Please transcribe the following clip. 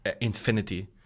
infinity